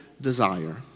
desire